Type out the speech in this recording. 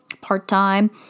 part-time